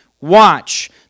watch